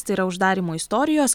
tai yra uždarymo istorijos